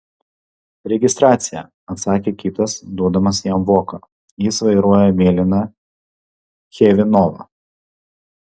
registracija atsakė kitas duodamas jam voką jis vairuoja mėlyną chevy nova